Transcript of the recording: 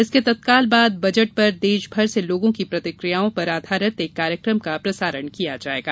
इसके तत्काल बाद बजट पर देश भर से लोगों की प्रतिकियाओं पर आधारित एक कार्यक्रम का प्रसारण किया जाएगा